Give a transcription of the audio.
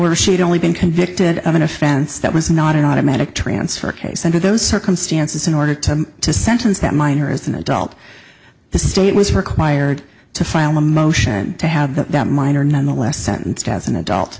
were she'd only been convicted of an offense that was not an automatic transfer case under those circumstances in order to to sentence that minor as an adult the state was required to file a motion to have that minor nonetheless sentenced as an adult